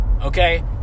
Okay